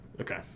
Okay